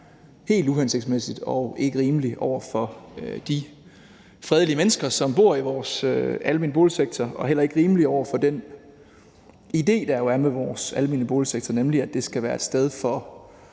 helt uhensigtsmæssigt og ikke rimeligt over for de fredelige mennesker, som bor i vores almene boligsektor, og heller ikke rimeligt over for den idé, der jo er med vores almene boligsektor, nemlig at det skal være et sted for